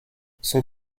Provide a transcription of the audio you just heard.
son